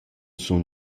sun